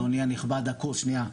אדוני הנכבד, הקורס, שנייה.